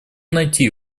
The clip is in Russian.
найти